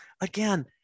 again